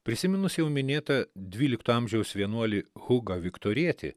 prisiminus jau minėtą dvylikto amžiaus vienuolį hugą viktorietį